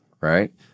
right